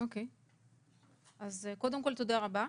תודה רבה.